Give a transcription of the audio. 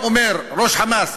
ראש "חמאס",